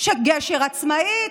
שגשר עצמאית,